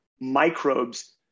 microbes